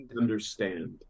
understand